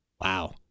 wow